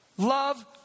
Love